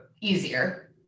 easier